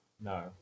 No